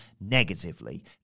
negatively